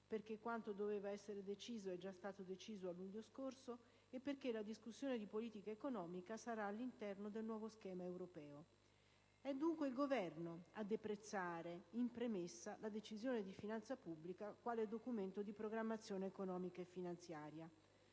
perché quanto doveva essere deciso è già stato fissato nel luglio scorso e perché la discussione di politica economica sarà all'interno del nuovo schema europeo. È dunque il Governo a deprezzare in premessa la Decisione di finanza pubblica come documento di programmazione economica e finanziaria.